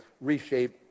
reshape